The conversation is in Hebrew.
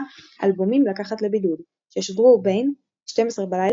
"אלבומים לקחת לבידוד" ששודרו בין 0000–0200,